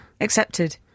accepted